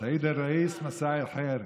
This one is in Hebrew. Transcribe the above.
סייד א-ראיס, מסא אל-ח'יר.